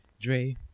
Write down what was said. Dre